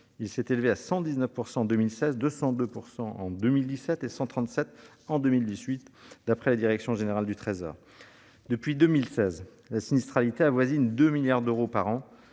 il s'est élevé à 119 % en 2016, 202 % en 2017 et 137 % en 2018, d'après la direction générale du Trésor. Depuis 2016, la sinistralité avoisine 2 milliards d'euros par an,